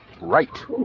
Right